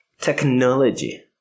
Technology